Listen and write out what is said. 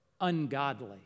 ungodly